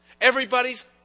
Everybody's